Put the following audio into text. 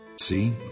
See